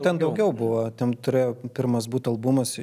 ten daugiau buvo ten turėjo pirmas būt albumas